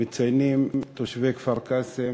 מציינים תושבי כפר-קאסם